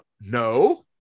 no